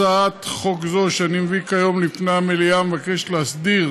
הצעת חוק זו שאני מביא כיום לפני המליאה מבקשת להסדיר